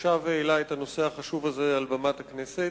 ששב והעלה את הנושא החשוב הזה מעל במת הכנסת.